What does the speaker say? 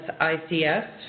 ICS